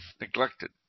neglected